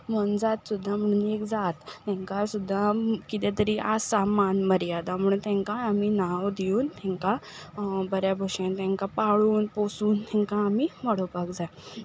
मोनजात सुद्दां म्हणून एक जात तेंकां सुद्दां कितें तरी आसा मान मर्यादा म्हणून तेंकां आमी नांवां दिवून तेंकां बऱ्या भाशेंन तेंकां पाळून पोसून तेंकां आमी वाडोवपाक जाय